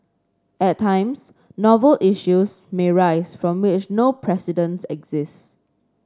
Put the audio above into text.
at times novel issues may arise from which no precedents exist